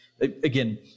again